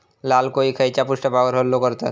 लाल कोळी खैच्या पृष्ठभागावर हल्लो करतत?